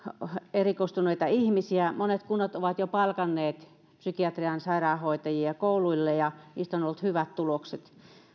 erikoistuneita ihmisiä monet kunnat ovat jo palkanneet psykiatrian sairaanhoitajia kouluille ja niistä on ollut hyvät tulokset